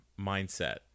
mindset